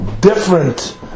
different